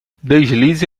deslize